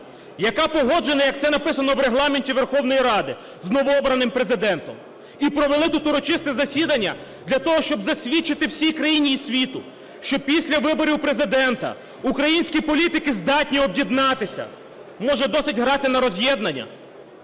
яка погоджена, як це написано в Регламенті Верховної Ради, з новообраним Президентом, і провели тут урочисте засідання для того, щоб засвідчити всій країні і світу, що після виборів Президента українські політики здатні об'єднатися? Може, досить грати на роз'єднання?